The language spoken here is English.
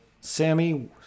Sammy